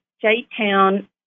J-Town